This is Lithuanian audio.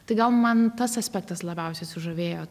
tai gal man tas aspektas labiausiai sužavėjo